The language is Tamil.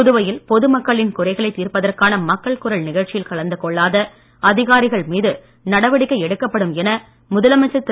புதுவையில் பொதுமக்களின் குறைகளை தீர்ப்பதற்கான மக்கள் குரல் நிகழ்ச்சியில் கலந்து கொள்ளாத அதிகாரிகள் மீது நடவடிக்கை எடுக்கப்படும் என முதலமைச்சர் திரு